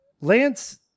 lance